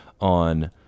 on